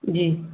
جی